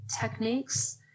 techniques